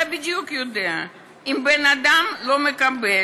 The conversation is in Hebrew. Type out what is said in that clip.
אתה יודע בדיוק שאם בן-אדם לא מקבל,